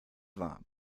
war